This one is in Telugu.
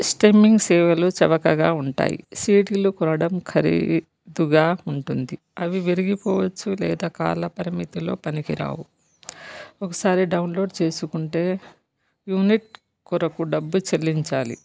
స్ట్రీమింగ్ సేవలు చవకగా ఉంటాయి సీడిలు కొనడం ఖరీదుగా ఉంటుంది అవి విరిగిపోవచ్చు లేదా కాల పరిమితిలో పనికి రావు ఒకసారి డౌన్లోడ్ చేసుకుంటే యూనిట్ కొరకు డబ్బు చెల్లించాలి